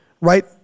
right